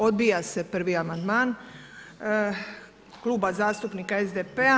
Odbija se prvi amandman Kluba zastupnika SDP-a.